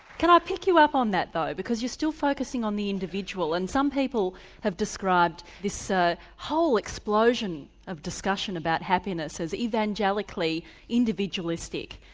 can i pick you up on that though because you're still focusing on the individual, and some people have described this ah whole explosion of discussion about happiness as evangelically individualistic.